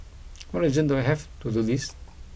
what reason do I have to do this